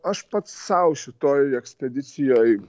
aš pats sau šitoj ekspedicijoj